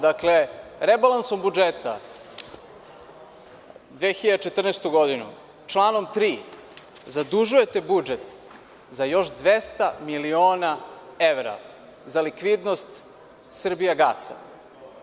Dakle, rebalansom budžeta za 2014. godinu, članom 3. zadužujete budžet za još 200 miliona dolara za likvidnost „Srbijagasa“